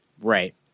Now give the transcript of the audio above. Right